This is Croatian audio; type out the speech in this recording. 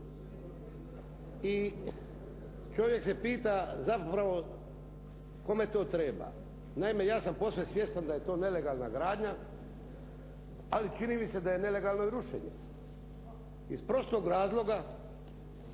i čovjek se pita zapravo kome to treba? Naime, ja sam posve svjestan da je to nelegalna gradnja, ali čini mi se da je nelegalno rušenje. Iz prostog razloga